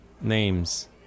names